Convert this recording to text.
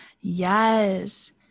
Yes